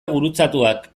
gurutzatuak